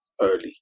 early